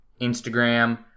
Instagram